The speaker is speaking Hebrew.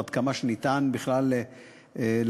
עד כמה שניתן בכלל להסדיר.